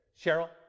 Cheryl